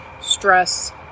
stress